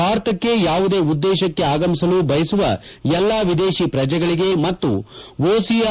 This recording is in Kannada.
ಭಾರತಕ್ಕೆ ಯಾವುದೇ ಉದ್ದೇಶಕ್ಕೆ ಆಗಮಿಸಲು ಬಯಸುವ ಎಲ್ಲಾ ವಿದೇಶಿ ಪ್ರಜೆಗಳಿಗೆ ಮತ್ತು ಒಸಿಐ